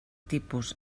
tipus